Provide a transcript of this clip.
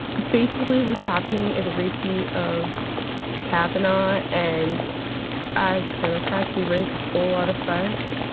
basically what's happening is a repeat of kavanaugh. and as democrats, we raise a whole lot of fuss.